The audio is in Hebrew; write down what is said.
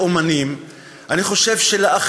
אני חושב שלאמנים,